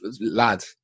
Lad